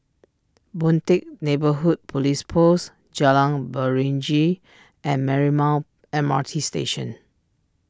Boon Teck Neighbourhood Police Post Jalan Beringin and Marymount M R T Station